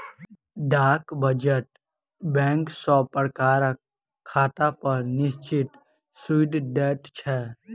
डाक वचत बैंक सब प्रकारक खातापर निश्चित सूइद दैत छै